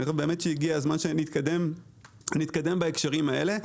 והגיע הזמן שנתקדם בהקשרים האלה.